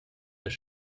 las